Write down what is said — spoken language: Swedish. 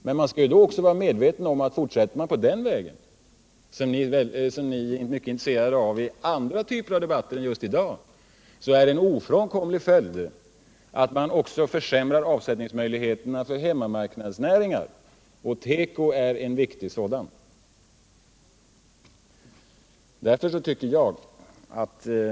Men man måste vara medveten om att fortsätter man på den vägen är det en ofrånkomlig följd att man försämrar avsättningsmöjligheterna för hemmamarknadsnäringarna, och teko är en viktig sådan.